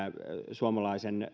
suomalaisen